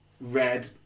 Red